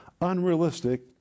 unrealistic